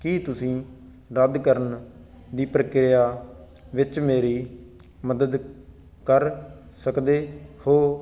ਕੀ ਤੁਸੀਂ ਰੱਦ ਕਰਨ ਦੀ ਪ੍ਰਕਿਰਿਆ ਵਿੱਚ ਮੇਰੀ ਮਦਦ ਕਰ ਸਕਦੇ ਹੋ